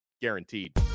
guaranteed